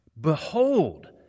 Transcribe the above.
behold